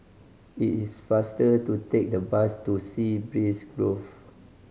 it is faster to take the bus to Sea Breeze Grove